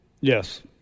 Yes